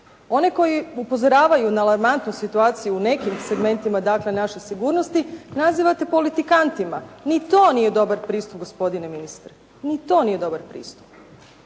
Oni koji upozoravaju na alarmantnu situaciju u nekim segmentima dakle naše sigurnosti nazivate politikantima. Ni to nije dobar pristup gospodine ministre. Ni to nije dobar pristup!